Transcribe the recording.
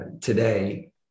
today